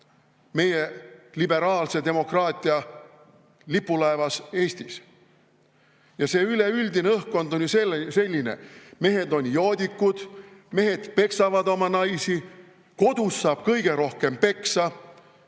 meie liberaalse demokraatia lipulaevas Eestis. Ja see üleüldine õhkkond on ju selline: mehed on joodikud, mehed peksavad oma naisi, kodus saab kõige rohkem peksa;